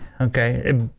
Okay